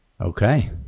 Okay